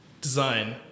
Design